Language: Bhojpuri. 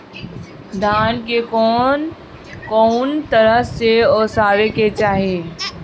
धान के कउन तरह से ओसावे के चाही?